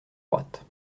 droite